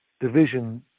division